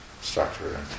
structure